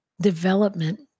development